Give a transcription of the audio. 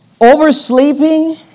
Oversleeping